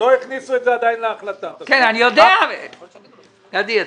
איליה,